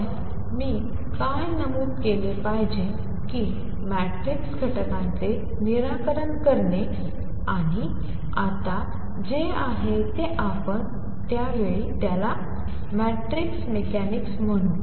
पण मी काय नमूद केले पाहिजे की मॅट्रिक्स घटकांचे निराकरण करणे आणि आता जे आहे ते आपण त्या वेळी त्याला मॅट्रिक्स मेकॅनिक्स म्हणू